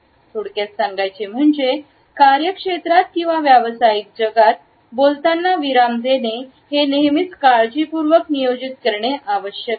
थोडक्यात सांगायचे म्हणजे कार्यक्षेत्रात किंवा व्यावसायिक जगात बोलतांना विराम देणे हे नेहमीच काळजीपूर्वक नियोजित करणे आवश्यक आहे